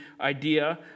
idea